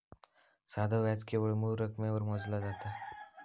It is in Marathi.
साधो व्याज केवळ मूळ रकमेवर मोजला जाता